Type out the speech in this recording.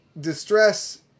distress